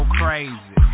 crazy